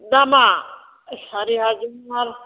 दामआ सारि हाजार